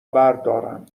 بردارم